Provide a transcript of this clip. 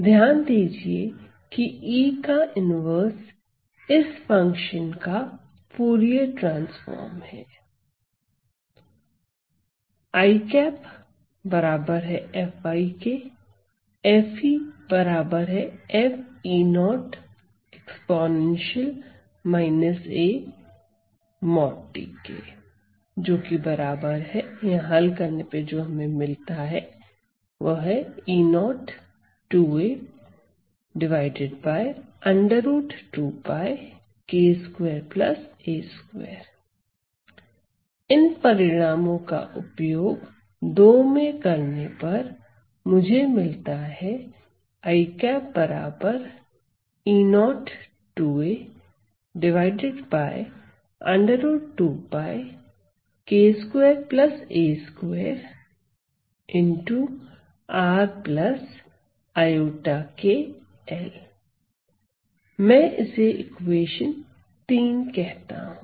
ध्यान दीजिए की E का इनवर्स इस फंक्शन का फूरिये ट्रांसफार्म है इन परिणामों का उपयोग में करने पर मुझे मिलता है मैं इसे इक्वेशन कहता हूं